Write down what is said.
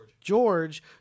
george